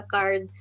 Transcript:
card